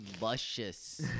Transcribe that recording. luscious